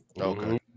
Okay